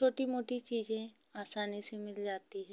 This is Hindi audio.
छोटी मोटी चीज़ें आसानी से मिल जाती है